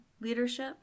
leadership